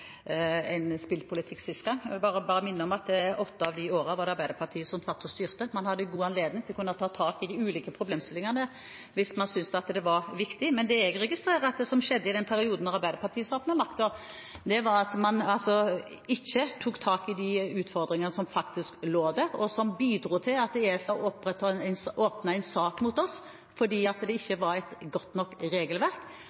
Jeg vil bare minne om at i åtte av de årene var det Arbeiderpartiet som satt og styrte. Man hadde god anledning til å ta tak i de ulike problemstillingene hvis man syntes det var viktig. Men jeg registrerer at det som skjedde i den perioden da Arbeiderpartiet satt med makten, var at man ikke tok tak i de utfordringene som faktisk lå der – og som bidro til at ESA åpnet en sak mot oss fordi det ikke var et godt nok regelverk